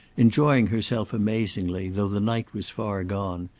enjoying herself amazingly, though the night was far gone,